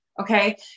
Okay